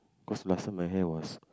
cause last time my hair was